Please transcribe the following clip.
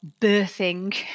birthing